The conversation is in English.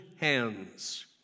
hands